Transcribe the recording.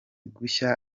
gushya